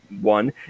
one